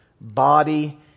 body